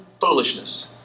foolishness